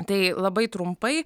tai labai trumpai